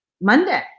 Monday